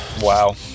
Wow